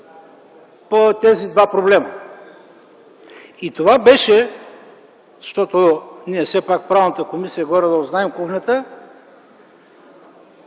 по тези два проблема. И това беше, щото ние все пак в Правната комисия горе-долу знаем кухнята,